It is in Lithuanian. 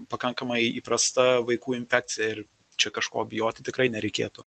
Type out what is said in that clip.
pakankamai įprasta vaikų infekcija ir čia kažko bijoti tikrai nereikėtų